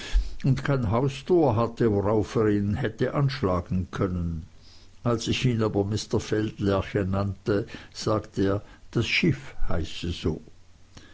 und kein haustor hatte worauf er ihn hätte anschlagen können als ich ihn aber mr feldlerche nannte sagte er das schiff hieße so